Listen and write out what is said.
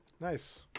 Nice